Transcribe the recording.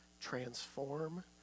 transform